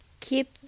Keep